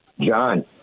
John